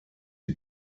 die